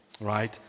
Right